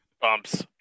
Bumps